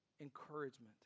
encouragement